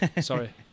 Sorry